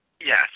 Yes